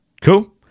Cool